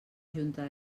junta